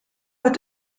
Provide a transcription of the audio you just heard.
wird